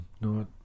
No